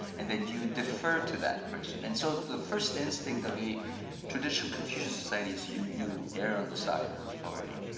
and that you defer to that person. and so the first instinct of the traditional confucian societies, you, you err on the side of authority,